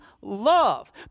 love